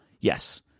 yes